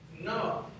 No